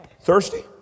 Thirsty